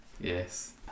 Yes